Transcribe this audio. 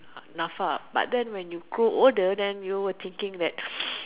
NAFA but then you grow older you will thinking that